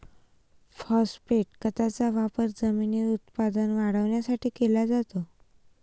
phosphate खताचा वापर जमिनीत उत्पादन वाढवण्यासाठी केला जातो